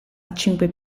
cinque